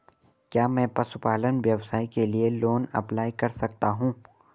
क्या मैं पशुपालन व्यवसाय के लिए लोंन अप्लाई कर सकता हूं?